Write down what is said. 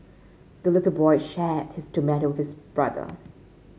the little boy shared his tomato with brother